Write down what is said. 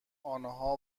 آنها